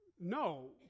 No